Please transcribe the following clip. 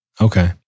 Okay